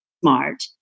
smart